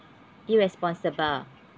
irresponsible